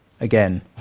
again